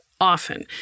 often